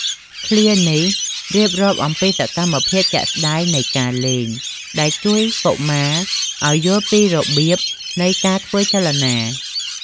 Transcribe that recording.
ឃ្លានេះរៀបរាប់អំពីសកម្មភាពជាក់ស្តែងនៃការលេង ដែលជួយកុមារឱ្យយល់ពីរបៀបនៃការធ្វើចលនា។